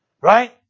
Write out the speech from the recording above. Right